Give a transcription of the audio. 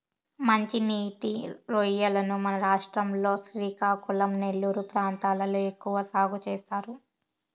మంచి నీటి రొయ్యలను మన రాష్ట్రం లో శ్రీకాకుళం, నెల్లూరు ప్రాంతాలలో ఎక్కువ సాగు చేస్తారు